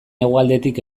hegoaldetik